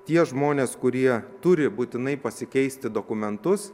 tie žmonės kurie turi būtinai pasikeisti dokumentus